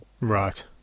right